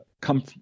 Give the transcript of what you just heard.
come